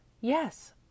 Yes